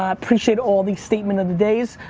appreciate all the statement of the days.